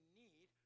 need